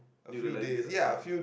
you realised it ah yeah